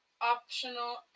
optional